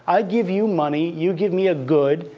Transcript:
i give you money, you give me a good,